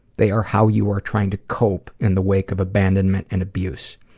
they are how you are trying to cope in the wake of abandonment and abuse.